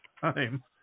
time